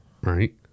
Right